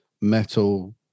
metal